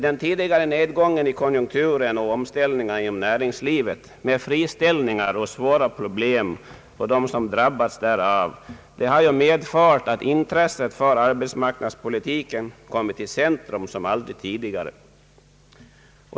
Den tidigare nedgången i konjunkturen och omställningarna inom näringslivet med friställningar osv. — och svårigheter och problem för dem som drabbas därav — har medfört att arbetsmarknadspolitiken - kommit = i centrum för intresset som aldrig tidigare.